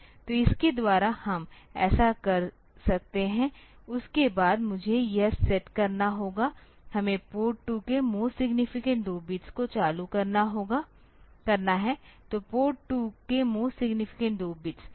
तो इसके द्वारा हम ऐसा कर सकते हैं उसके बाद मुझे यह सेट करना होगा हमें पोर्ट 2 के मोस्ट सिग्नीफिकेंट 2 बिट्स को चालू करना है तो पोर्ट 2 के मोस्ट सिग्नीफिकेंट 2 बिट्स